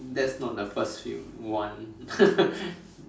that's not the first few one